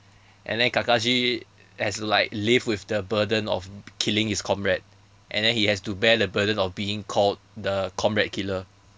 and then kakashi has like live with the burden of killing his comrade and then he has to bear the burden of being called the comrade killer